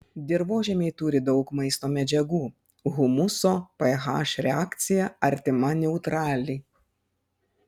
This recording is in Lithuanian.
dirvožemiai turi daug maisto medžiagų humuso ph reakcija artima neutraliai